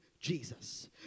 Jesus